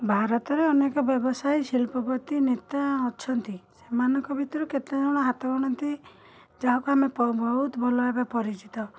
ଭାରତରେ ଅନେକ ବ୍ୟବସାୟ ଶିଳ୍ପପତି ନେତା ଅଛନ୍ତି ସେମାନଙ୍କ ଭିତରୁ କେତେଜଣ ହାତ ଗଣତି ଯାହାକୁ ଆମେ ବହୁତ ଭଲ ଭାବେ ପରିଚିତ